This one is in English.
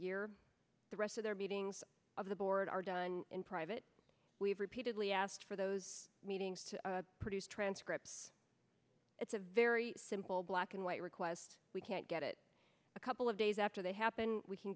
year the rest of their meetings of the board are done in private we've repeatedly asked for those meetings to produce transcripts it's a very simple black and white request we can't get it a couple of days after they happen we can